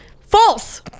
false